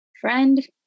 Friend